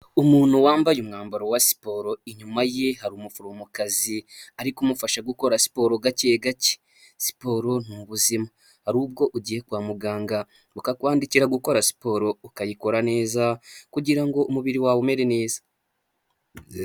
Umuntu wambaye umwambaro wa siporo, inyuma ye hari umuforomokazi, ari kumufasha gukora siporo gake gake, siporo ni ubuzima hari ubwo ugiye kwa muganga bakakwandikira gukora siporo, ukayikora neza kugira ngo umubiri wawe umere neza.